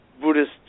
Buddhist